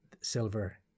silver